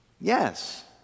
Yes